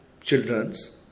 childrens